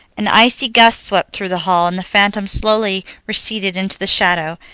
an icy gust swept through the hall, and the phantom slowly receded into the shadow.